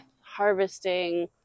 harvesting